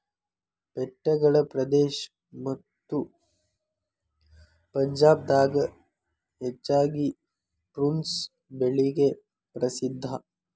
ಬೆಟ್ಟಗಳ ಪ್ರದೇಶ ಮತ್ತ ಪಂಜಾಬ್ ದಾಗ ಹೆಚ್ಚಾಗಿ ಪ್ರುನ್ಸ್ ಬೆಳಿಗೆ ಪ್ರಸಿದ್ಧಾ